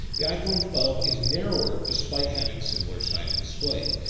the iphone twelve is narrower despite having similar sized displays.